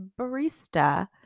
barista